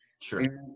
Sure